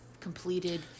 completed